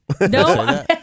no